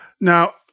Now